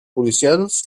policials